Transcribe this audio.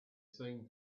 seen